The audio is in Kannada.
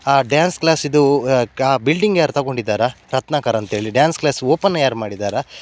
ಆ ಡ್ಯಾನ್ಸ್ ಕ್ಲಾಸಿಂದು ಆ ಬಿಲ್ಡಿಂಗ್ ಯಾರು ತೊಗೊಂಡಿದಾರೋ ರತ್ನಾಕರ್ ಅಂತೇಳಿ ಡ್ಯಾನ್ಸ್ ಕ್ಲಾಸ್ ಓಪನ್ ಯಾರು ಮಾಡಿದಾರೋ